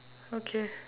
okay